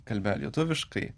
kalbėjo lietuviškai